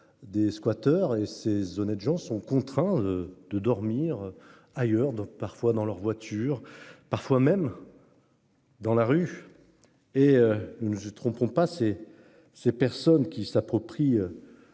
Des squatters et ces honnêtes gens sont contraints de dormir ailleurs donc parfois dans leur voiture, parfois même. Dans la rue. Et ne nous y trompons pas, ces, ces personnes qui s'approprie.